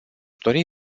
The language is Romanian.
dori